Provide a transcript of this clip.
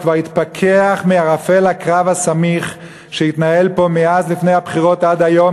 כבר התפכח מערפל הקרב הסמיך שהתנהל פה מלפני הבחירות עד היום,